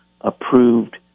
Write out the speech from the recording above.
approved